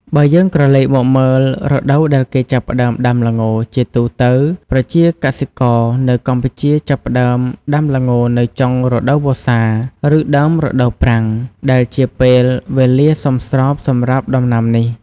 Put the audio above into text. បើយើងក្រលេកមកមើលរដូវដែលគេចាប់ផ្តើមដាំល្ង ជាទូទៅ ប្រជាកសិករនៅកម្ពុជាចាប់ផ្ដើមដាំល្ងនៅចុងរដូវវស្សា ឬដើមរដូវប្រាំង ដែលជាពេលវេលាសមស្របសម្រាប់ដំណាំនេះ។